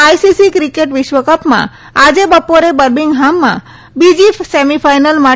ICC cricket વિશ્વક માં આજે બ ોરે બમંગહામમાં બીજી સેમીફાઈનલ માટે